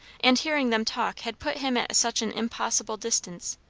and hearing them talk had put him at such an impossible distance.